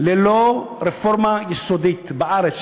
ללא רפורמה יסודית בארץ,